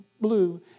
blue